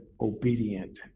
obedient